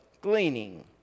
gleaning